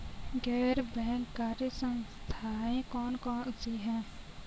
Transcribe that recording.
गैर बैंककारी संस्थाएँ कौन कौन सी हैं?